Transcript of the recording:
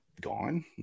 gone